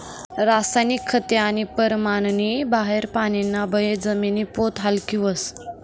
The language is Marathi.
रासायनिक खते आणि परमाननी बाहेर पानीना बये जमिनी पोत हालकी व्हस